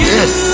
Yes